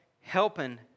helping